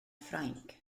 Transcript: ffrainc